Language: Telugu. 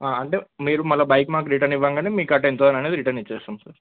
అంటే మీరు మళ్ళీ బైకు మాకు రిటర్న్ ఇవ్వగానే మీకు టెన్ థౌసండ్ అనేది ఇచ్చేస్తాము సార్